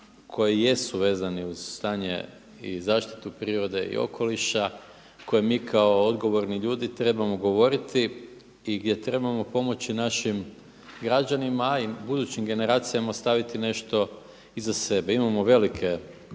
koji jesu vezani uz stanje i zaštitu prirode i okoliša koje mi kao odgovorni ljudi trebamo govoriti i gdje trebamo pomoći našim građanima a i budućim generacija ostaviti nešto iza sebe. Imamo velike probleme